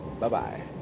Bye-bye